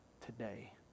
today